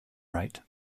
right